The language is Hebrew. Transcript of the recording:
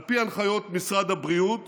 על פי הנחיות משרד הבריאות